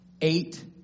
eight